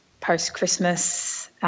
post-Christmas